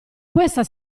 questa